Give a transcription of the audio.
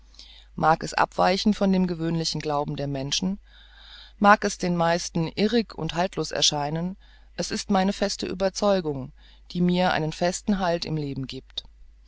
mag es abweichen von dem gewöhnlichen glauben der menschen mag es den meisten irrig und haltlos erscheinen es ist meine feste ueberzeugung die mir einen festen halt im leben giebt